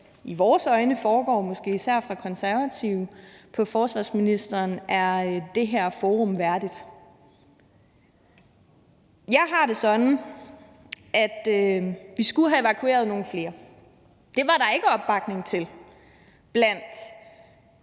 som der, måske især fra Konservatives side, er på forsvarsministeren, er det her forum værdigt. Jeg har det sådan, at vi skulle have evakueret nogle flere. Det var der ikke opbakning til blandt